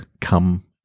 come